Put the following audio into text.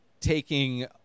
taking